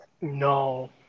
No